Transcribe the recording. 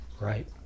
right